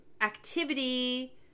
activity